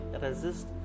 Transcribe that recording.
resist